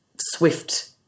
swift